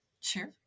sure